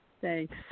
Thanks